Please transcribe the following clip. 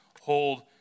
hold